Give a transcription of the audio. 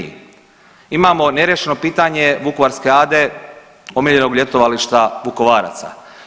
Imamo neriješeno pitanje Vukovarske ade omiljenog ljetovališta Vukovaraca.